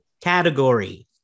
category